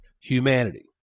humanity